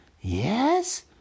yes